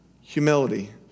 humility